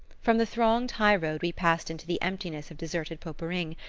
from the thronged high-road we passed into the emptiness of deserted poperinghe,